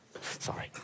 Sorry